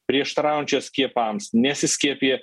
prieštaraujančios skiepams nesiskiepija